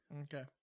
Okay